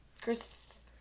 Chris